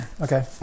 Okay